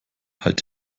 halt